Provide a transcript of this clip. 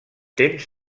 temps